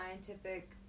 scientific